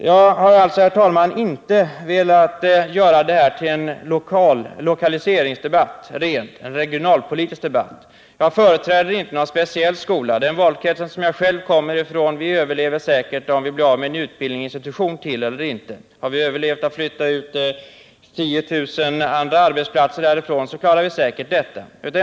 Jag har alltså, herr talman, inte velat göra detta till en lokaliseringsoch regionalpolitisk debatt. Jag företräder inte någon speciell skola. Den valkrets som jag kommer ifrån överlever säkert, även om den blir av med ytterligare en utbildningsinstitution. Har vi överlevt utflyttningen av 10000 andra arbetsplatser, så klarar vi säkert också denna utflyttning.